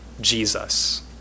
Jesus